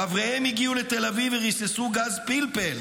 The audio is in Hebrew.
חבריהם הגיעו לתל אביב וריססו גז פלפל